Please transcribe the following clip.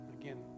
again